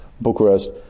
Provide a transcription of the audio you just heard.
Bucharest